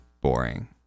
boring